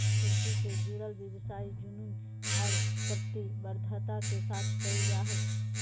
कृषि से जुडल व्यवसाय जुनून और प्रतिबद्धता के साथ कयल जा हइ